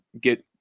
get